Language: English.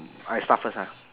I start first ah